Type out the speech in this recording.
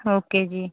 okay ਜੀ